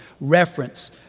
reference